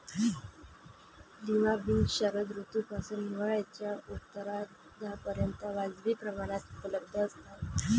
lima beans शरद ऋतूपासून हिवाळ्याच्या उत्तरार्धापर्यंत वाजवी प्रमाणात उपलब्ध असतात